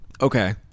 Okay